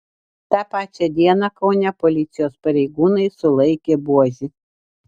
tą pačią dieną kaune policijos pareigūnai sulaikė buožį